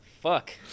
Fuck